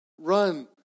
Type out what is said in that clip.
Run